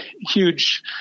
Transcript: huge